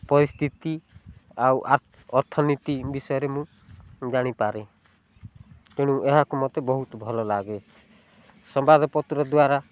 ପରିସ୍ଥିତି ଆଉ ଅର୍ଥନୀତି ବିଷୟରେ ମୁଁ ଜାଣିପାରେ ତେଣୁ ଏହାକୁ ମୋତେ ବହୁତ ଭଲ ଲାଗେ ସମ୍ବାଦପତ୍ର ଦ୍ୱାରା